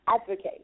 advocate